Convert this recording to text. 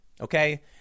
okay